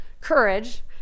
courage